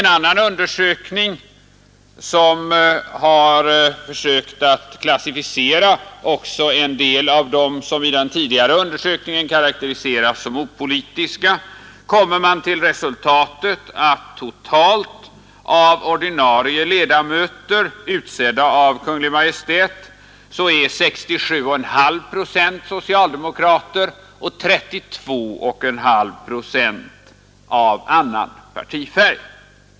En annan undersökning, som har försökt klassificera en del av dem som i den tidigare undersökningen karakteriserats såsom opolitiska, kommer till det resultatet att av det totala antalet ordinarie ledamöter utsedda av Kungl. Maj:t är 67,5 procent socialdemokrater och 32,5 procent av annan partifärg.